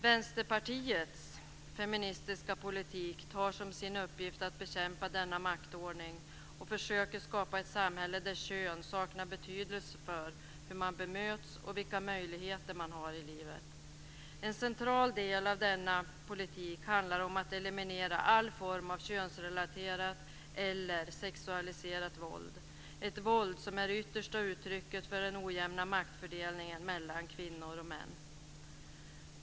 Vänsterpartiets feministiska politik tar som sin uppgift att bekämpa denna maktordning och försöker skapa ett samhälle där kön saknar betydelse för hur man bemöts och vilka möjligheter man har i livet. En central del av denna politik handlar om att eliminera all form av könsrelaterat eller sexualiserat våld - ett våld som är det yttersta uttrycket för den ojämna maktfördelningen mellan kvinnor och män.